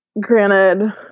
Granted